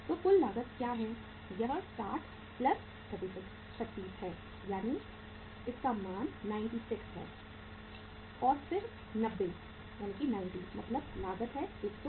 तो कुल लागत क्या है यह 60 36 है यानी इसका मान 96 है और फिर 90 मतलब लागत है 108